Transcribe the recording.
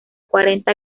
cuarenta